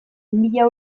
mila